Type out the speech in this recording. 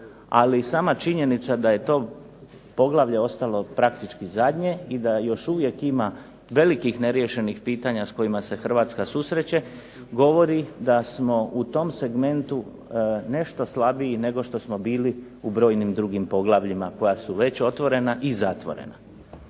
i sama činjenica da je to poglavlje ostalo praktički zadnje i da još uvijek ima velikih neriješenih pitanja s kojima se Hrvatska susreće govori da smo u tom segmentu nešto slabiji nego što smo bili u brojnim drugim poglavljima koja su već otvorena i zatvorena.